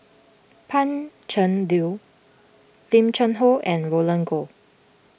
Pan Cheng Lui Lim Cheng Hoe and Roland Goh